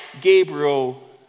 Gabriel